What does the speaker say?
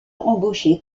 embauché